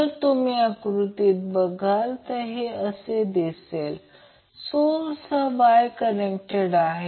जर हे दोन एकत्र केले तर ते अँगल 120° असेल तर मुळात हे याला 120° ने लीड करत आहे